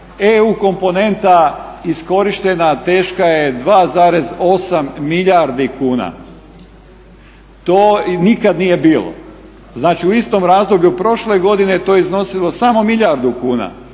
EU komponenta iskorištena, teška je 2,8 milijardi kuna. To nikad nije bilo. Znači u istom razdoblju prošle godine to je iznosilo samo milijardu kuna.